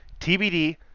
TBD